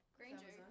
Granger